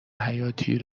حیاتی